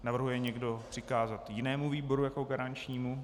Navrhuje někdo přikázat jinému výboru jako garančnímu?